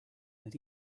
that